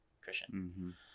Christian